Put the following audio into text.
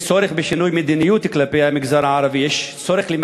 יש צורך בשינוי מדיניות כלפי המגזר הערבי.